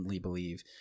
believe